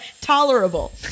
Tolerable